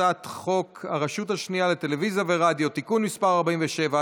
הצעת חוק הרשות השנייה לטלוויזיה ורדיו (תיקון מס' 47),